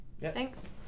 Thanks